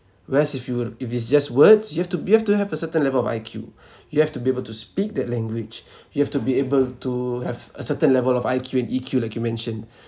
whereas if you were if it's just words you have to you have to have a certain level of I_Q you have to be able to speak that language you have to be able to have a certain level of I_Q and E_Q like you mentioned